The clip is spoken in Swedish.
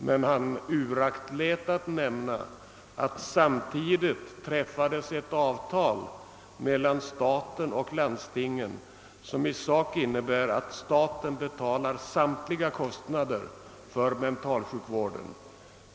Men han uraktlät att nämna att det samtidigt träffades ett avtal mellan staten och landstingen, som i sak innebär att staten betalar samtliga kostnader för mentalsjukvården.